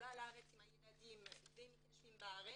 לארץ עם הילדים ומתיישבים בארץ,